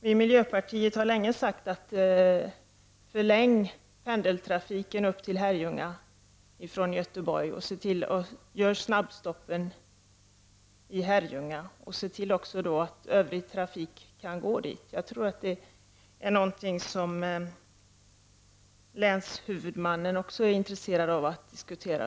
Vi i miljöpartiet har länge sagt att man skall förlänga pendeltrafiken till Herrljunga från Göteborg, att man skall göra snabbstoppen i Herrljunga och att man skall se till att övrig trafik kan gå dit. Jag tror att det är någonting som länshuvudmannen är intresserad av att diskutera.